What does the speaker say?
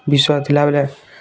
ବିଷୟ ଥିଲା ବୋଲେ